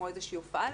כמו איזה שהיא הופעה,